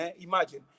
Imagine